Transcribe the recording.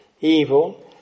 evil